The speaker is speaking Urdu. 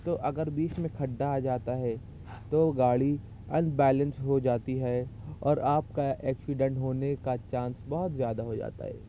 تو اگر بیچ میں کھڈا آ جاتا ہے تو گاڑی ان بیلنس ہو جاتی ہے اور آپ کا ایکسیڈنٹ ہونے کا چانس بہت زیادہ ہو جاتا ہے